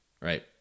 right